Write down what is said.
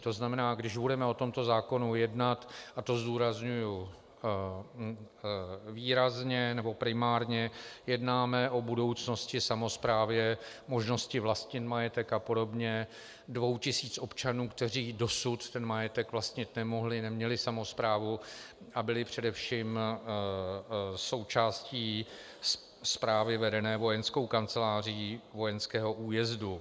To znamená, když budeme o tomto zákonu jednat, a to zdůrazňuji, výrazně nebo primárně jednáme o budoucnosti, samosprávě, možnosti vlastnit majetek apod. dvou tisíc občanů, kteří dosud majetek vlastnit nemohli, neměli samosprávu a byli především součástí správy vedené vojenskou kanceláří vojenského újezdu.